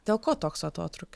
dėl ko toks atotrūki